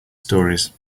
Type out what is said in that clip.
stories